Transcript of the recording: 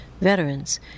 veterans